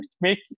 make